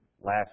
last